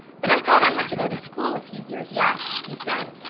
but i thought i had to go to school a few years yet, he said.